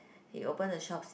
he open the shops